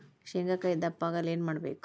ಶೇಂಗಾಕಾಯಿ ದಪ್ಪ ಆಗಲು ಏನು ಮಾಡಬೇಕು?